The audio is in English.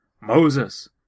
Moses